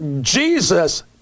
Jesus